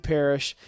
Parish